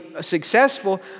successful